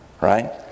Right